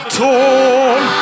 torn